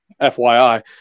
FYI